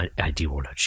ideology